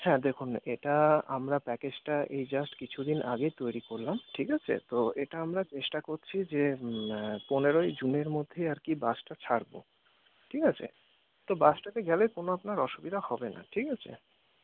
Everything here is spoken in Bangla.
হ্যাঁ দেখুন এটা আমরা প্যাকেজটা এই জাস্ট কিছুদিন আগেই তৈরি করলাম ঠিক আছে তো এটা আমরা চেষ্টা করছি যে পনেরোই জুনের মধ্যেই আর কি বাসটা ছাড়বো ঠিক আছে তো বাসটাতে গেলে কোনো আপনার অসুবিধা হবে না ঠিক আছে